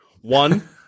one